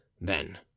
Then